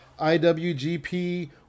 IWGP